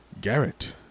Garrett